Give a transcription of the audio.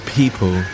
people